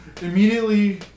immediately